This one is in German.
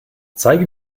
zeige